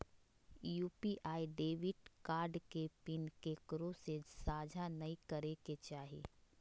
UPI debit card के PIN केकरो से साझा नइ करे के चाही